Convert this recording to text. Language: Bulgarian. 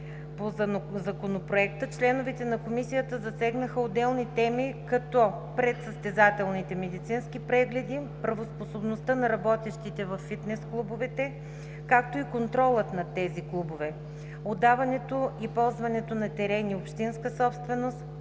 по Законопроекта членовете на Комисията засегнаха отделни теми, като предсъстезателните медицински прегледи; правоспособността на работещите във фитнес клубовете, както и контрола над тези клубове; отдаването и ползването на терени общинска собственост;